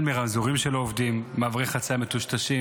החל ברמזורים שלא עובדים, מעברי חציה מטושטשים.